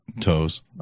toes